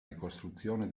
ricostruzione